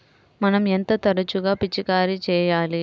మనం ఎంత తరచుగా పిచికారీ చేయాలి?